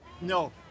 No